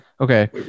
Okay